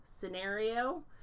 scenario